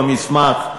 במסמך,